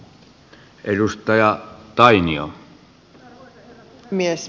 arvoisa herra puhemies